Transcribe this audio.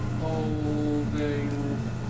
holding